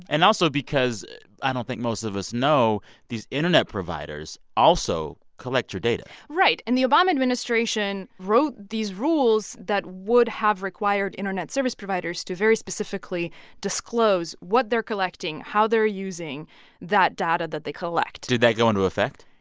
and also because i don't think most of us know these internet providers also collect your data right. and the obama administration wrote these rules that would have required internet service providers to very specifically disclose what they're collecting, how they're using that data that they collect did that go into effect?